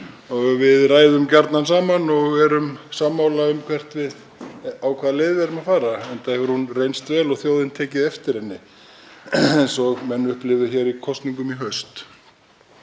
og við ræðum gjarnan saman og erum sammála um á hvaða leið við erum að fara, enda hefur hún reynst vel og þjóðin tekið eftir henni, eins og menn upplifðu í kosningum í haust.